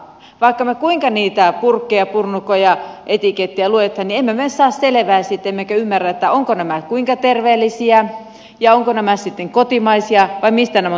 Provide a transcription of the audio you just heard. mutta vaikka me kuinka niitä purkkeja purnukoita etikettejä luemme niin emme me saa selvää niistä emmekä ymmärrä ovatko nämä kuinka terveellisiä ja ovatko nämä sitten kotimaisia vai mistä nämä ovat tuotettuja